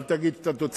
אל תגיד שתוציא פתק.